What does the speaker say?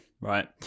right